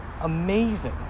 amazing